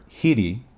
hiri